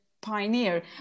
pioneer